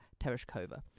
Tereshkova